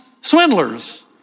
swindlers